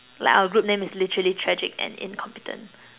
like our group name is literally tragic and incompetent